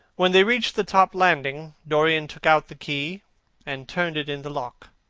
when they reached the top landing, dorian took out the key and turned it in the lock.